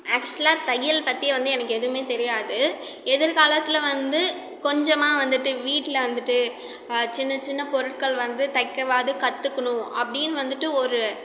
ஆக்சுவலாக தையல் பற்றி வந்து எனக்கு எதுவுமே தெரியாது எதிர்காலத்தில் வந்து கொஞ்சமாக வந்துவிட்டு வீட்டில் வந்துவிட்டு சின்னச் சின்னப் பொருட்கள் வந்து தைக்கவாது கற்றுக்கணும் அப்படின்னு வந்துவிட்டு ஒரு